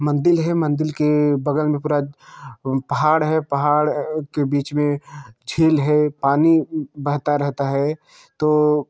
मंदिर है मंदिर के बगल में पूरा पहाड़ है पहाड़ के बीच में झील है पानी बहता रहता है तो